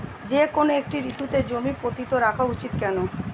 যেকোনো একটি ঋতুতে জমি পতিত রাখা উচিৎ কেন?